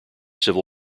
civil